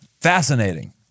Fascinating